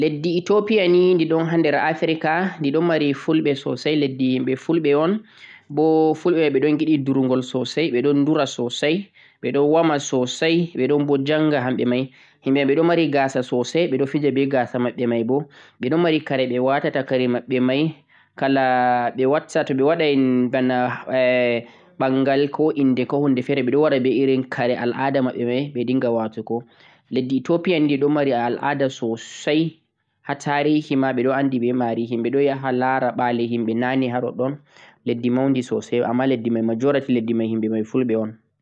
leddi Ethiopia ni de ɗon ha nder Africa, de ɗo mari fulɓe sosai, leddi fulɓe un, bo fulɓe mai ɓe ɗon giɗi durugol sosai, ɓe ɗon dura sosai, ɓe ɗon woma sosai, ɓe ɗon bo njanga hamɓe mai, himɓe mai ɓe ɗon mari ga'sa sosai, ɓe ɗon fija be ga'sa mai bo, ɓe ɗon mari kare ɓe watata kare maɓɓe mai kala ɓe watta to ɓe waɗai bana eh ɓangal, ko inde ko hunde fe're ɓe ɗon be irin kare al'ada maɓɓe ɓe dinga watugo. Leddi Ethiopia ni ɓe mari al'ada sosai ha tarihi ma ɓe ɗo andi be ma'ri, himɓe ɗo yaha la'ra ɓa'li himɓe na'ne ha ɗoɗɗon, leddi maundi sosai amma leddi mai majority himɓe mai fulɓe un.